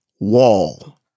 wall